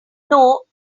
know